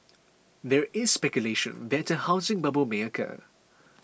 there is speculation that a housing bubble may occur